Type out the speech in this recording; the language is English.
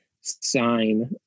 sign